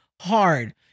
hard